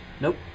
Nope